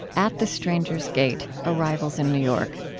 at the strangers' gate arrivals in new york.